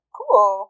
cool